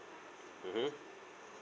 mmhmm